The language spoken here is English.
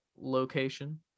location